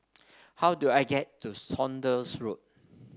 how do I get to Saunders Road